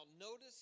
notice